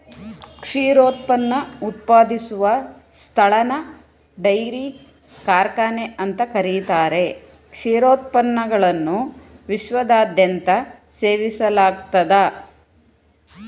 ಕ್ಷೀರೋತ್ಪನ್ನ ಉತ್ಪಾದಿಸುವ ಸ್ಥಳನ ಡೈರಿ ಕಾರ್ಖಾನೆ ಅಂತ ಕರೀತಾರೆ ಕ್ಷೀರೋತ್ಪನ್ನಗಳನ್ನು ವಿಶ್ವದಾದ್ಯಂತ ಸೇವಿಸಲಾಗ್ತದೆ